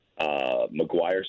McGuire